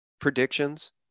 predictions